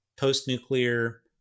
post-nuclear